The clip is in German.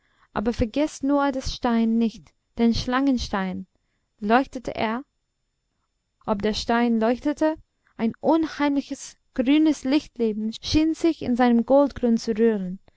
aber vergeßt nur den stein nicht den schlangenstein leuchtet er ob der stein leuchtete ein unheimliches grünes lichtleben schien sich in seinem goldgrund zu rühren